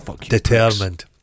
determined